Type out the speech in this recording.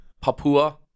Papua